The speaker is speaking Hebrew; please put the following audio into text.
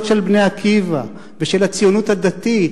של "בני עקיבא" ושל הציונות הדתית,